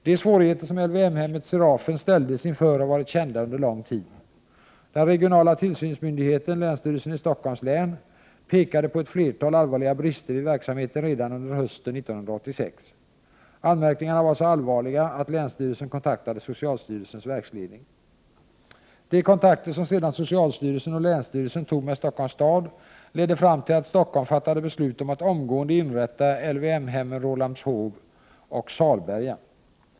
De svårigheter som LYM-hemmet Serafen ställdes inför har varit kända under lång tid. Den regionala tillsynsmyndigheten — länsstyrelsen i Stockholms län — pekade på ett flertal allvarliga brister vid verksamheten redan under hösten 1986. Anmärkningarna var så allvarliga att länsstyrelsen kontaktade socialstyrelsens verksledning. De kontakter som sedan socialstyrelsen och länsstyrelsen tog med Stockholms stad ledde fram till att Stockholm fattade beslut om att omgående inrätta LYM-hemmen Rålambshov och Salberga.